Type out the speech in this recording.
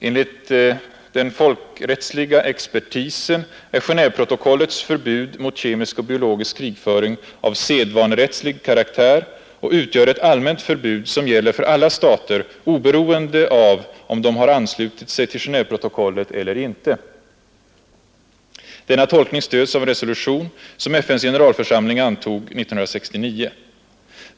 Enligt den folkrättsliga expertisen är Genéveprotokollets förbud mot kemisk och biologisk krigföring av sedvanerättslig karaktär och utgör ett allmänt förbud, som gäller för alla stater oberoende av om de har anslutit sig till Genéveprotokollet eller inte. Denna tolkning stöds av en resolution som FNs generalförsamling antog 1969.